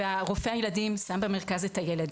ורופא הילדים שם במרכז את הילד,